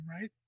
right